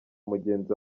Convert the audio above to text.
mugenzi